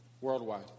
worldwide